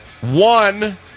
One